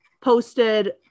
posted